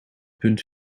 punt